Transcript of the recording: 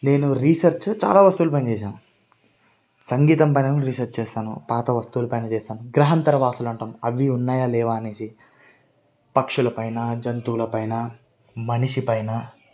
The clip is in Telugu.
నేను రీసెర్చ్ చాలా వస్తువుల పైన చేశాను సంగీతం పైన కూడా రీసెర్చ్ చేస్తాను పాత వస్తువులపైన చేస్తాను గ్రహాంతర వాసులు అంటాము అవి ఉన్నాయా లేవా అనేసి పక్షులపైన జంతువులపైన మనిషిపైన